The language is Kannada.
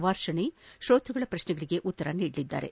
ವಾರ್ಷಣೆ ಶ್ರೋತ್ಪಗಳ ಪ್ರಶ್ನೆಗಳಿಗೆ ಉತ್ತರ ನೀಡಲಿದ್ದಾರೆ